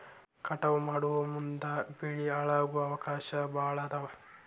ಕಟಾವ ಮಾಡುಮುಂದ ಬೆಳಿ ಹಾಳಾಗು ಅವಕಾಶಾ ಭಾಳ ಅದಾವ